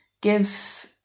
give